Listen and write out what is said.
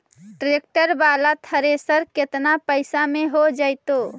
Tractor बाला thresher केतना पैसा में हो जैतै?